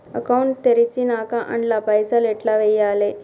Account తెరిచినాక అండ్ల పైసల్ ఎట్ల వేయాలే?